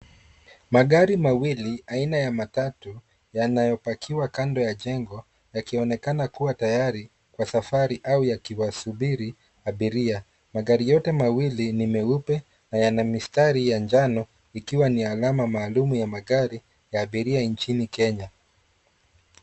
Magari mawili aina ya matatu yanayopakiwa kando ya jengo yakionekana kuwa tayari kwa safari au yakiwasubiri abiria. Magari yote mawili ni meupe na yana mistari ya njano ikiwa ni alama maalum ya magari ya abiria nchini Kenya.